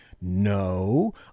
No